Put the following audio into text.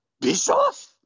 Bischoff